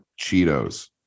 Cheetos